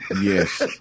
Yes